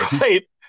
Right